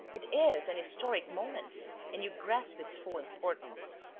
it is an historic moment and you grasp its full importance.